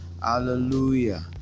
hallelujah